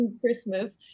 christmas